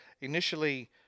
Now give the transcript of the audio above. initially